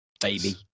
Baby